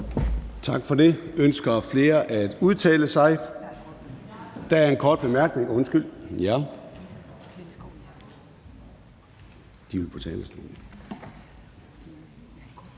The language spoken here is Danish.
Tak for det. Ønsker flere at udtale sig? Der er først korte bemærkninger til